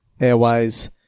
airways